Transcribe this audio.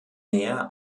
mehr